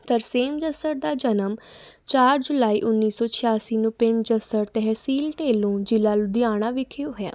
ਤਰਸੇਮ ਜੱਸੜ ਦਾ ਜਨਮ ਚਾਰ ਜੁਲਾਈ ਉੱਨੀ ਸੌ ਛਿਆਸੀ ਨੂੰ ਪਿੰਡ ਜੱਸੜ ਤਹਿਸੀਲ ਢੇਲੋਂ ਜ਼ਿਲ੍ਹਾ ਲੁਧਿਆਣਾ ਵਿਖੇ ਹੋਇਆ